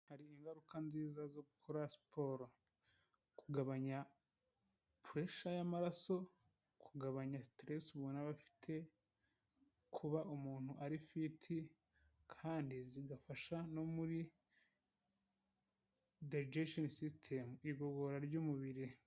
Hariho ingaruka nziza zo gukora siporo. Kugabanya puresha y'amaraso, kugabanya siteresi umuntu aba afite, kuba umuntu ari fiti, kandi zigafasha no muri dayigesheni sisitemu igogora ry'umubiri.